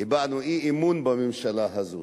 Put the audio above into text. הבענו אי-אמון בממשלה הזאת.